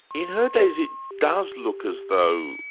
in her days it does look as though,